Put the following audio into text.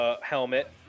helmet